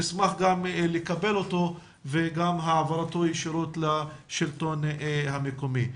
נשמח לקבל אותו וגם העברתו ישירות לשלטון המקומי.